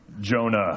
Jonah